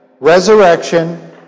resurrection